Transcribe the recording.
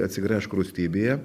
atsigręžk rūstybėje